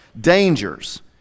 dangers